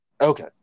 Okay